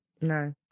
No